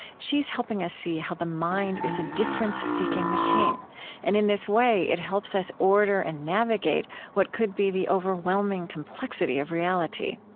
she's helping us see how the mind is a difference-seeking machine and in this way, it helps us order and navigate what could be the overwhelming complexity of reality.